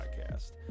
podcast